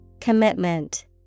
Commitment